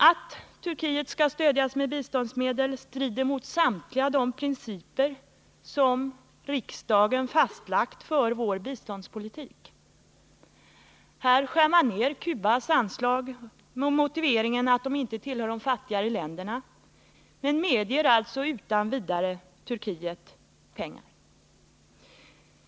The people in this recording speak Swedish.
Att Turkiet skall stödjas med biståndsmedel strider mot samtliga de principer som riksdagen fastlagt för vår biståndspolitik. Här skär regering och riksdag ner Cubas anslag med motiveringen att det inte tillhör de fattigare länderna men medger alltså utan vidare Turkiet pengar.